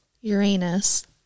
Uranus